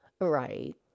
right